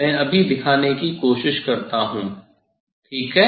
मैं अभी दिखाने की कोशिश करता हूँ ठीक है